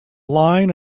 line